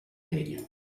legno